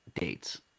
dates